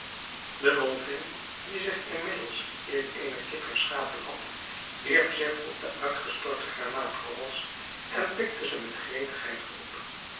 de wolvin die zich inmiddels in eene kip herschapen had wierp zich op de uitgestorte granaatkorrels